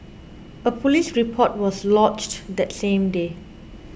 a police report was lodged that same day